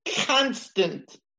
constant